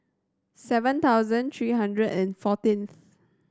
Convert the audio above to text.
seven thousand three hundred and fourteenth